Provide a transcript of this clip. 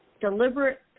deliberate